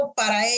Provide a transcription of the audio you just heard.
para